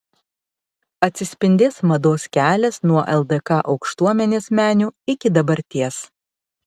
atsispindės mados kelias nuo ldk aukštuomenės menių iki dabarties